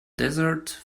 desert